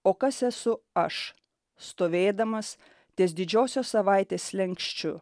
o kas esu aš stovėdamas ties didžiosios savaitės slenksčiu